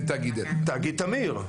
תאגיד תמיר.